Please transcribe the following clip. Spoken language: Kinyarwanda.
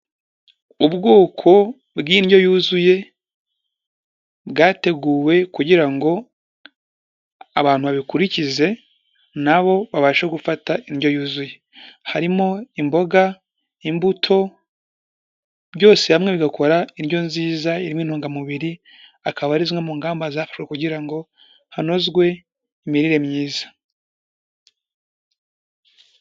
Ubwoko bw'indyo yuzuye, bwateguwe kugira ngo abantu babikurikize, na bo babashe gufata indyo yuzuye. Harimo imboga, imbuto, byose hamwe bigakora indyo nziza irimo intungamubiri, akaba ari zimwe mu ngamba zafashwe kugira ngo hanozwe imirire myiza.